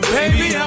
Baby